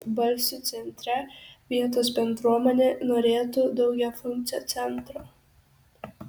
balsių centre vietos bendruomenė norėtų daugiafunkcio centro